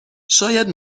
شاید